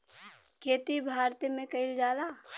खेती भारते मे कइल जाला